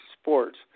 sports